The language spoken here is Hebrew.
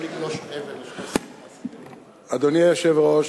אדוני היושב-ראש,